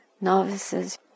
novices